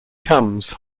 comes